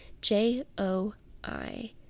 J-O-I